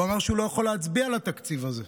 הוא אמר שהוא לא יכול להצביע על התקציב הזה.